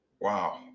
Wow